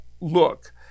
look